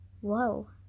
whoa